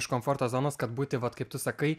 iš komforto zonos kad būti vat kaip tu sakai